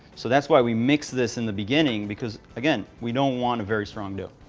so that's why we mix this in the beginning because, again, we don't want a very strong dough.